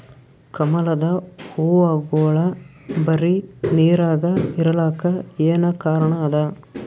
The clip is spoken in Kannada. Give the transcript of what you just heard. ಕಮಲದ ಹೂವಾಗೋಳ ಬರೀ ನೀರಾಗ ಇರಲಾಕ ಏನ ಕಾರಣ ಅದಾ?